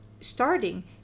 starting